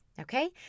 Okay